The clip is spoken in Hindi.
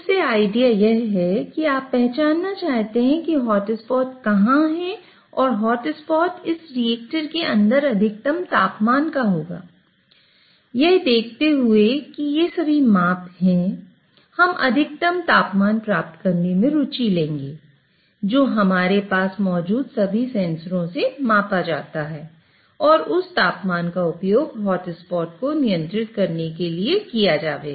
उस से आइडिया यह है कि आप पहचानना चाहते हैं कि हॉट स्पॉट को नियंत्रित करने के लिए किया जाएगा